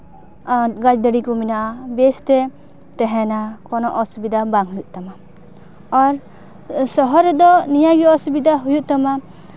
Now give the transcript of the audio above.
ᱟᱨ ᱜᱷᱟᱥ ᱫᱟᱨᱮ ᱠᱚ ᱢᱮᱱᱟᱜᱼᱟ ᱵᱮᱥᱛᱮ ᱛᱟᱦᱮᱱᱟ ᱠᱳᱱᱳ ᱚᱥᱩᱵᱤᱫᱷᱟ ᱵᱟᱝ ᱦᱩᱭᱩᱜᱼᱟ ᱟᱨ ᱥᱚᱦᱚᱨ ᱨᱮᱫᱚ ᱱᱤᱭᱟᱹ ᱜᱮ ᱚᱥᱩᱵᱤᱫᱷᱟ ᱦᱩᱭᱩᱜ ᱛᱟᱢᱟ